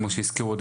כמו שהזכירו,